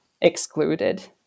excluded